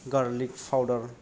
garlic फाउदार